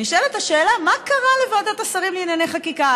נשאלת האלה, מה קרה לוועדת השרים לענייני חקיקה?